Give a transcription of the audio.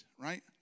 right